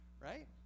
right